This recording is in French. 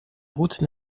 route